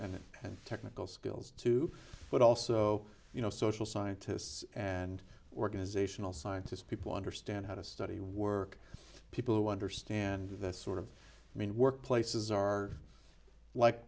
and technical skills too but also you know social scientists and organizational scientists people understand how to study work people who understand the sort of main work places are like